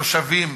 תושבים,